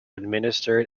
administered